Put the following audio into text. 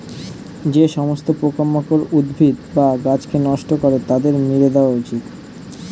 যে সমস্ত পোকামাকড় উদ্ভিদ বা গাছকে নষ্ট করে তাদেরকে মেরে দেওয়া উচিত